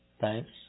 Thanks